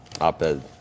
op-ed